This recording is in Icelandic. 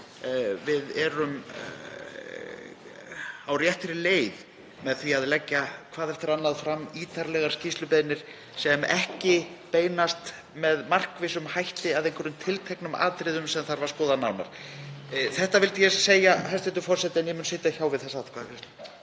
við séum á réttri leið með því að leggja hvað eftir annað fram ítarlegar skýrslubeiðnir sem ekki beinast með markvissum hætti að einhverjum tilteknum atriðum sem þarf að skoða nánar. Þetta vildi ég segja, hæstv. forseti, en ég mun sitja hjá við þessa